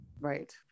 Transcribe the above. Right